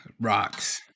Rocks